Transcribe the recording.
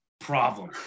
problem